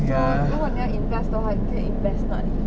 so 如果你要 invest 的话你可以 invest 那里